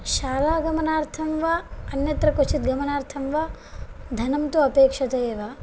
शालागमनार्थं वा अन्यत्र क्वचित् गमनार्थं वा धनं तु अपेक्षते एव